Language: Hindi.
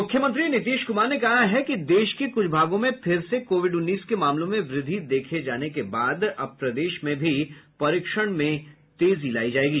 मुख्यमंत्री नीतीश कुमार ने कहा कि देश के कुछ भागों में फिर से कोविड उन्नीस के मामलों में वृद्धि देखे जाने के बाद अब प्रदेश में भी परीक्षण में तेजी लाई जाएगी